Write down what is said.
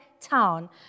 town